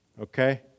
Okay